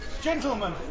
Gentlemen